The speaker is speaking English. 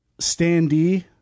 standee